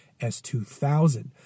S2000